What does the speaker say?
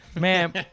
man